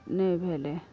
नहि भेलय